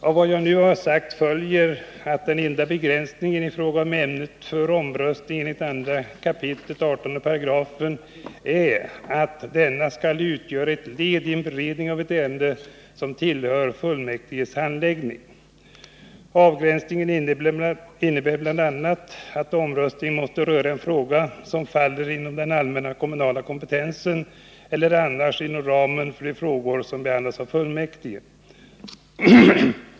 Av vad jag nu har sagt följer att den enda begränsningen i fråga om ämnet för omröstningen enligt 2 kap. 18§ är att denna skall utgöra ett led i beredningen av ett ärende som tillhör fullmäktiges handläggning. Avgränsningen innebär bl.a. att omröstningen måste röra en fråga som faller inom den allmänna kommunala kompetensen eller annars inom ramen för de frågor som kan behandlas av fullmäktige.